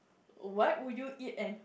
what would you eat and